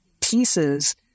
pieces